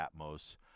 Atmos